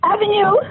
Avenue